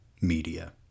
media